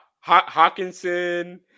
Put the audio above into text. Hawkinson